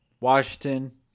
Washington